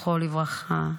זכרו לברכה,